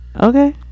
Okay